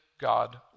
God